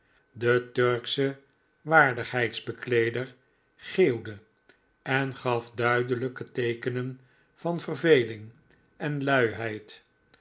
de turksche waardigheidsbekleeder geeuwde en gaf duidelijke kenteekenen van verveling en luiheid